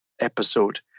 episode